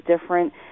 different